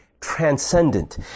transcendent